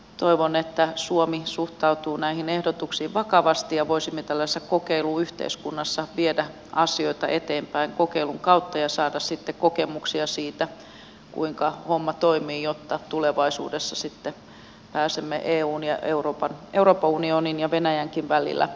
toivon että suomi suhtautuu näihin ehdotuksiin vakavasti ja voisimme tällaisessa kokeiluyhteiskunnassa viedä asioita eteenpäin kokeilun kautta ja saada sitten kokemuksia siitä kuinka homma toimii jotta tulevaisuudessa pääsemme euroopan unionin ja venäjänkin välillä eteenpäin